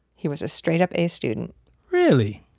he was a straight up a student really?